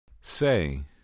Say